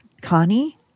Connie